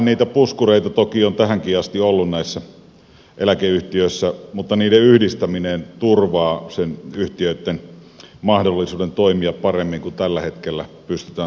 niitä puskureita toki on tähänkin asti ollut näissä eläkeyhtiöissä mutta niiden yhdistäminen turvaa yhtiöitten mahdollisuuden toimia paremmin kuin tällä hetkellä pystytään toimimaan